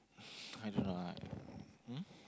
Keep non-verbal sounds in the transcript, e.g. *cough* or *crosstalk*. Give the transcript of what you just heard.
*breath* I don't lah hmm